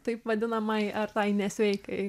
taip vadinamai ar tai nesveikai